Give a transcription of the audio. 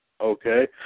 Okay